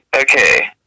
okay